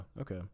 Okay